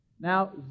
Now